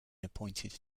appointed